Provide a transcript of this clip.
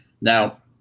Now